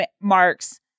Marks